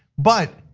but,